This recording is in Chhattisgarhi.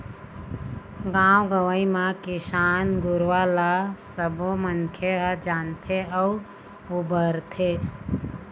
गाँव गंवई म किसान गुरूवा ल सबो मनखे ह जानथे अउ बउरथे